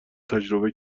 تجربه